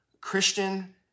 Christian